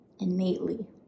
innately